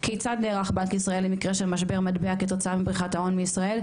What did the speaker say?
כיצד נערך בנק ישראל למקרה של משבר מטבע כתוצאה מבריחת ההון בישראל?